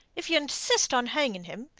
if ye insist on hanging him,